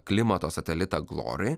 klimato satelitą glory